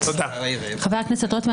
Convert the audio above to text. חוקה